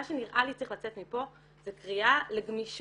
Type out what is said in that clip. מה שנראה לי שצריך לצאת מפה זה קריאה לגמישות,